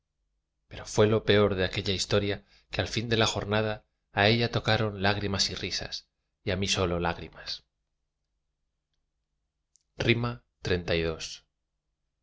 pero fué lo peor de aquella historia que al fin de la jornada a ella tocaron lágrimas y risas y á mí sólo las lágrimas xxxii pasaba